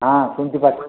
হ্যাঁ শুনতে পাচ্ছি